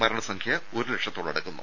മരണസംഖ്യ ഒരു ലക്ഷത്തോടടുക്കുന്നു